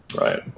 Right